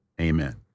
amen